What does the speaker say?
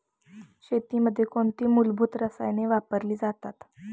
शेतीमध्ये कोणती मूलभूत रसायने वापरली जातात?